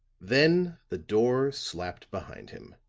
then the door slapped behind him,